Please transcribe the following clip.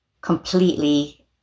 completely